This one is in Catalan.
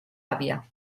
àvia